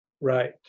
Right